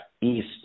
east